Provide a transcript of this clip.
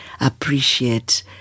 appreciate